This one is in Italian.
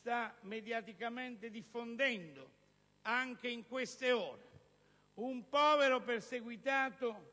sta mediaticamente diffondendo, anche in queste ore: un povero perseguitato